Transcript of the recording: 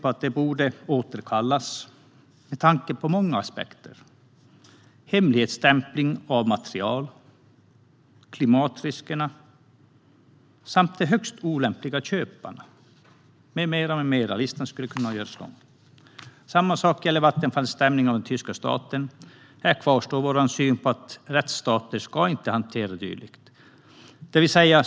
Detta borde återkallas med tanke på många aspekter: hemligstämpling av material, klimatriskerna, de högst olämpliga köparna med mera. Listan skulle kunna göras lång. Samma sak är det när det gäller Vattenfalls stämning av den tyska staten. Här kvarstår vår syn: Rättsstater ska inte hantera dylikt.